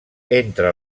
entre